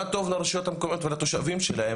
מה טוב לרשויות המקומות ולתושבים שלהן.